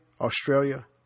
Australia